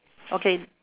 okay